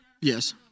Yes